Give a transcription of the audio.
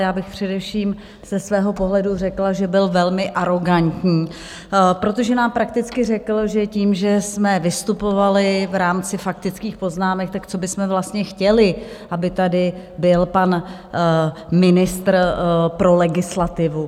Já bych především ze svého pohledu řekla, že byl velmi arogantní, protože nám prakticky řekl, že tím, že jsme vystupovali v rámci faktických poznámek, tak co bychom vlastně chtěli, aby tady byl pan ministr pro legislativu?